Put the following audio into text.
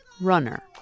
runner